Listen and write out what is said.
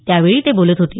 त्यावेळी ते बोलत होते